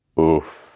Oof